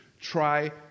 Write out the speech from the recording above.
Try